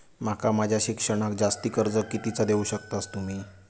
माका माझा शिक्षणाक जास्ती कर्ज कितीचा देऊ शकतास तुम्ही?